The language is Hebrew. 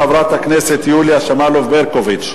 חברת הכנסת יוליה שמאלוב-ברקוביץ.